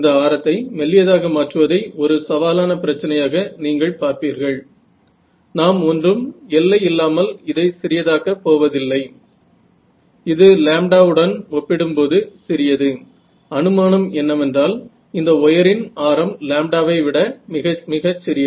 तर मला असे म्हणायचे आहे की ही समस्या सोडविली जाऊ शकण्यापासून खूप लांब आहे बरोबर आहे